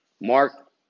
Mark